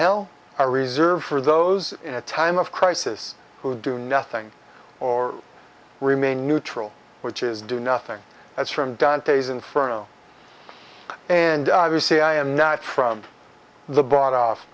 hell are reserved for those in a time of crisis who do nothing or remain neutral which is do nothing that's from dantes inferno and you see i am not from the bought off